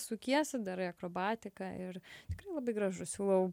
sukiesi darai akrobatiką ir tikrai labai gražu siūlau